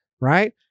right